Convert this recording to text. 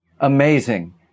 Amazing